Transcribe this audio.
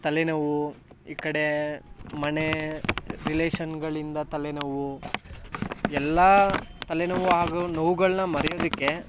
ತಲೆನೋವು ಈ ಕಡೆ ಮನೆ ರಿಲೇಷನ್ಗಳಿಂದ ತಲೆನೋವು ಎಲ್ಲ ತಲೆನೋವು ಹಾಗೂ ನೋವುಗಳನ್ನು ಮರೆಯೋದಕ್ಕೆ